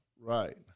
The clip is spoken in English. Right